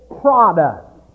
product